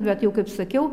bet jau kaip sakiau